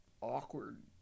awkward